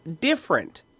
different